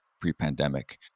pre-pandemic